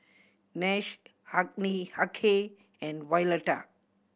Nash Hughey and Violeta